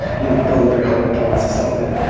you know build up your health points and stuff like that.